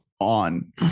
on